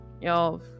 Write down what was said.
y'all